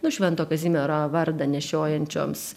nu švento kazimiero vardą nešiojančioms